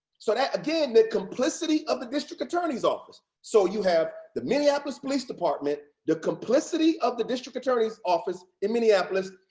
so yeah again, the complicity of the district attorney's office. so you have the minneapolis police department, the complicity of the district attorney's office in minneapolis,